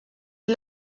est